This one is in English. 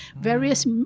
various